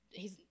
hes